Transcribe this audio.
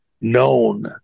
known